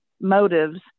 motives